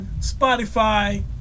Spotify